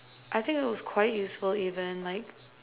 I think it was quite useful even like